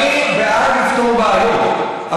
אני בעד לפתור בעיות,